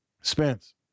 Spence